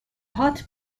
هات